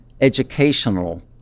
educational